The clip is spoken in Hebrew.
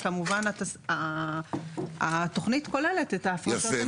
וכמובן התוכנית כוללת את ההפרשות הנדרשות.